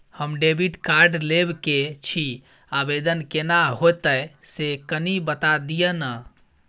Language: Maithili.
हम डेबिट कार्ड लेब के छि, आवेदन केना होतै से कनी बता दिय न?